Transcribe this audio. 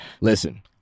Listen